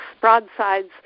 broadsides